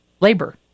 Labor